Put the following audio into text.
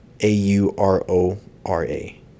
A-U-R-O-R-A